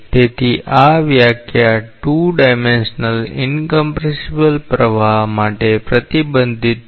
તેથી આ વ્યાખ્યા 2 ડાયમેન્શ્યલ ઇનક્મ્પ્રેસેબલ પ્રવાહ માટે પ્રતિબંધિત છે